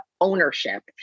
ownership